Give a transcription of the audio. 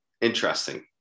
interesting